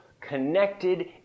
connected